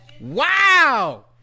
wow